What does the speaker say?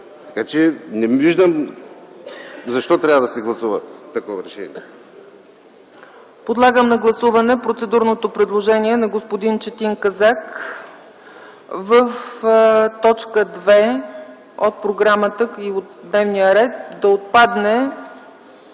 задача. Не виждам защо трябва да се гласува такова решение.